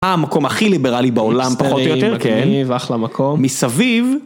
מה המקום הכי ליברלי בעולם פחות או יותר. מגניב אחלה מקום. מסביב